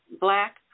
black